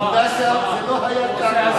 עובדה שזה לא היה כך.